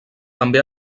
també